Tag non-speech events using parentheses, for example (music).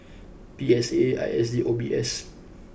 P S A I S D and O B S (noise)